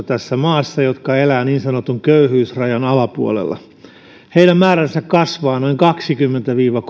tässä maassa yhdeksänsataatuhatta pienituloista jotka elävät niin sanotun köyhyysrajan alapuolella heidän määränsä kasvaa noin kahdellakymmenellätuhannella viiva